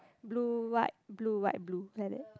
blue white blue white blue like that